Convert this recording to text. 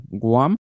Guam